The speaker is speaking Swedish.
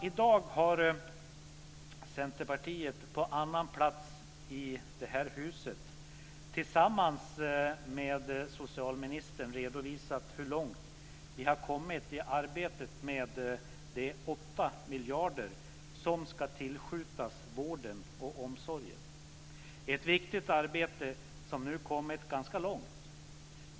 I dag har Centerpartiet, på annan plats i detta hus, tillsammans med socialministern redovisat hur långt vi har kommit i arbetet med de 8 miljarder som ska tillskjutas till vården och omsorgen. Det är ett viktigt arbete, som nu kommit ganska långt.